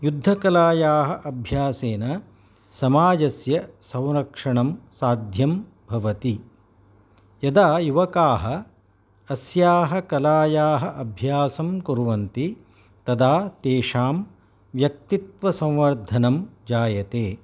युद्धकलायाः अभ्यासेन समाजस्य संरक्षणं साध्यं भवति यदा युवकाः अस्याः कलायाः अभ्यासं कुर्वन्ति तदा तेषां व्यक्तित्वसंवर्धनं जायते